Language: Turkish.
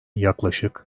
yaklaşık